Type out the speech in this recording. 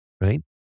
right